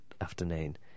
afternoon